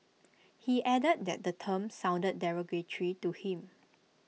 he added that the term sounded derogatory to him